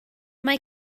mae